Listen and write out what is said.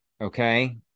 Okay